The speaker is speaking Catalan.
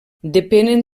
depenen